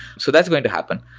so that's going to happen.